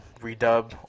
redub